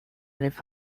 leave